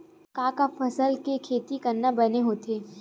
का का फसल के खेती करना बने होथे?